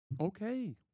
Okay